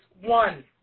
one